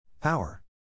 Power